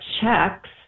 checks